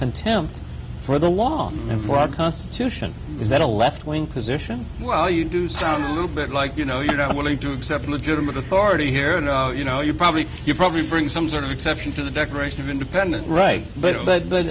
contempt for the law and for our constitution is that a left wing position well you do sound a little bit like you know you know i'm willing to accept legitimate authority here and you know you probably you probably bring some sort of exception to the declaration of independence right but